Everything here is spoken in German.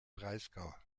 breisgau